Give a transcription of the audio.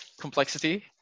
complexity